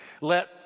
let